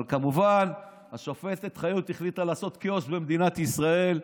אבל כמובן השופטת חיות החליטה לעשות כאוס במדינת ישראל.